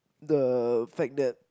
the fact that